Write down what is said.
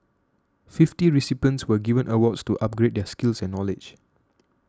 fifty recipients were given awards to upgrade their skills and knowledge